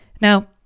Now